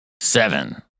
Seven